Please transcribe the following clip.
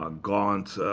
um gaunt.